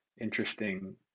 interesting